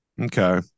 Okay